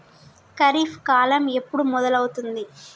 ఖరీఫ్ కాలం ఎప్పుడు మొదలవుతుంది?